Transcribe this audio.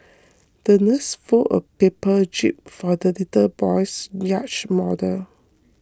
the nurse folded a paper jib for the little boy's yacht model